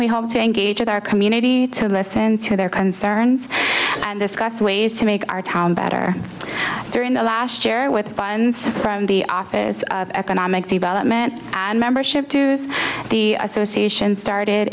we hope to engage with our community to listen to their concerns and discuss ways to make our town better during the last year with bonds from the office of economic development and membership dues the association started